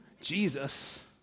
Jesus